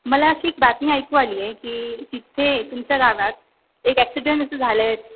मला अशी एक बातमी ऐकू आली आहे की तिथे तुमच्या गावात एक ॲक्सिडेंट असं झालं आहे